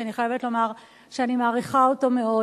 שאני חייבת לומר שאני מעריכה אותו מאוד